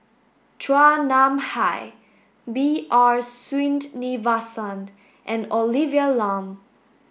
Chua Nam Hai B R Sreenivasan and Olivia Lum